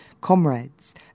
Comrades